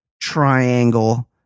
triangle